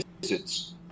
visits